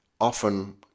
often